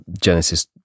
Genesis